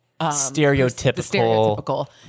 Stereotypical